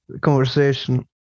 conversation